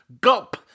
Gulp